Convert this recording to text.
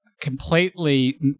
completely